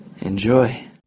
enjoy